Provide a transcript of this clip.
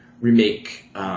remake